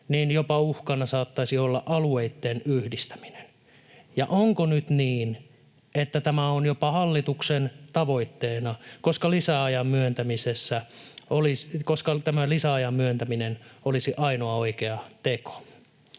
niin uhkana saattaisi olla jopa alueitten yhdistäminen. Onko nyt niin, että tämä on jopa hallituksen tavoitteena, koska tämä lisäajan myöntäminen olisi ainoa oikea teko?